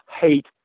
hate